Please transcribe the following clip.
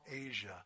Asia